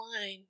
line